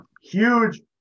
Huge